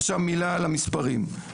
עכשיו מילה על המספרים,